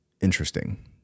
interesting